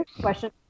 Question